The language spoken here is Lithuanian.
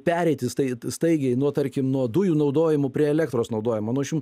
pereiti stai staigiai nuo tarkim nuo dujų naudojimo prie elektros naudojimo nu aš jum